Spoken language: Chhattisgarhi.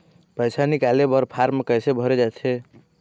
पैसा निकाले बर फार्म कैसे भरे जाथे?